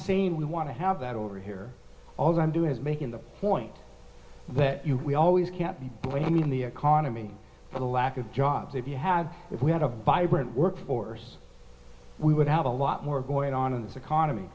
saying we want to have that over here although i'm doing is making the point that you we always can't be blaming the economy for the lack of jobs that you have if we had a vibrant workforce we would have a lot more going on in this economy